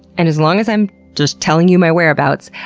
and as long as i'm just telling you my whereabouts,